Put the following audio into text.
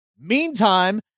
Meantime